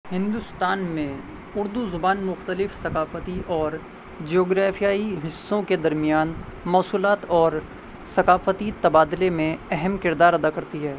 ہندوستان میں اردو زبان مختلف ثقافتی اور جغرافیائی حصوں کے درمیان موصولات اور ثقافتی تبادلے میں اہم کردار ادا کرتی ہے